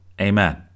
Amen